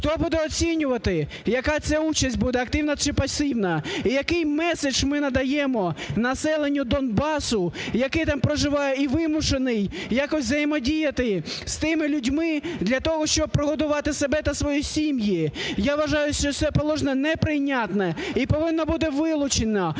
Хто буде оцінювати? Яка ця участь буде активна чи пасивна? І який месседж ми надаємо населенню Донбасу, яке там проживає і вимушено якось взаємодіяти з тими людьми для того, щоб прогодувати себе та свої сім'ї? Я вважаю, що це положення неприйнятне і повинно буде вилучено,